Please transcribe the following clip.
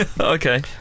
Okay